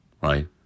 right